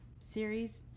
series